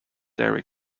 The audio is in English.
dairy